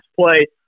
play